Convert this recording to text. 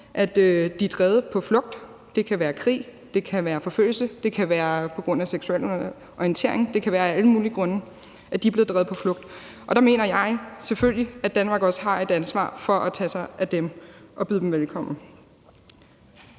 at de er drevet på flugt. Det kan være af krig, det kan være af forfølgelse, det kan være på grund af seksuel orientering. Det kan være af alle mulige grunde, at de er blevet drevet på flugt. Der mener jeg selvfølgelig, at Danmark også har et ansvar for at tage sig af dem og byde dem velkommen.